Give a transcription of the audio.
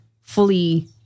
fully